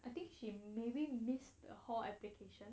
I think she maybe you missed the hall application